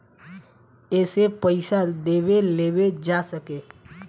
एसे पइसा देवे लेवे जा सके